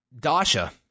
Dasha